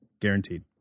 Guaranteed